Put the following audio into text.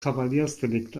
kavaliersdelikt